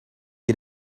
get